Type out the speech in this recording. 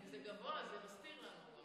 זה גבוה, זה מסתיר לנו.